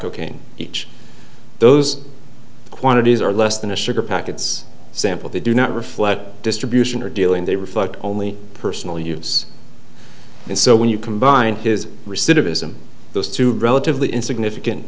cocaine each those quantities are less than a sugar packets sample they do not reflect distribution or dealing they reflect only personal use and so when you combine his recidivism those two relatively insignificant